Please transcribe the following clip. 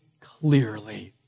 clearly